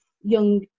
young